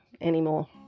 anymore